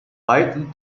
weiten